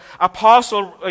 apostle